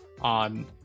on